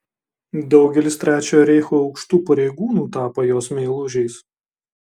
daugelis trečiojo reicho aukštų pareigūnų tapo jos meilužiais